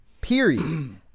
Period